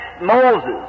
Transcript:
Moses